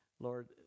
Lord